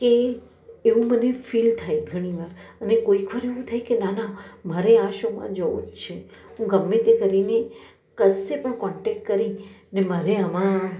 કે એવું મને ફિલ થાય ઘણીવાર અને કોઈક વાર એવું થાય કે ના ના મારે આ શોમાં જવું જ છે હું ગમે તે કરીને કશે પણ કોન્ટેક કરી ને મારે આમાં